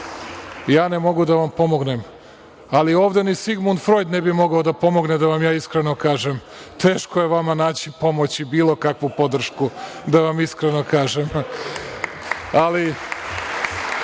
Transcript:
ja ne mogu da vam pomognem, ali ovde ni Sigmund Frojd ne bi mogao da pomogne, da vam ja iskreno kažem. Teško je vama naći pomoći, bilo kakvu podršku, da vam iskreno kažem, ali